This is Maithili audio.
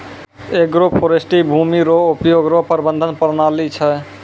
एग्रोफोरेस्ट्री भूमी रो उपयोग रो प्रबंधन प्रणाली छै